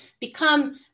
become